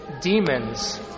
demons